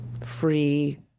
free